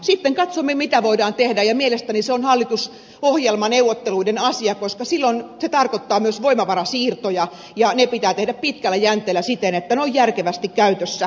sitten katsomme mitä voidaan tehdä ja mielestäni se on hallitusohjelmaneuvotteluiden asia koska silloin se tarkoittaa myös voimavarasiirtoja ja ne pitää tehdä pitkällä jänteellä siten että ne ovat järkevästi käytössä kaiken kaikkiaan